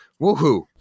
woohoo